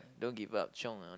don't give up chiong ah